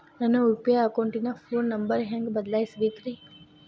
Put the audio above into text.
ನನ್ನ ಯು.ಪಿ.ಐ ಅಕೌಂಟಿನ phone number ಹೆಂಗ್ ಬದಲಾಯಿಸ ಬೇಕ್ರಿ?